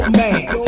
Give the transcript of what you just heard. man